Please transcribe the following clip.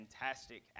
fantastic